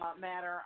Matter